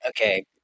Okay